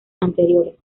anteriores